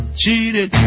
cheated